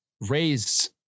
raised